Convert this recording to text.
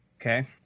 Okay